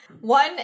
One